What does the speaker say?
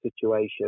situation